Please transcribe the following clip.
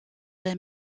their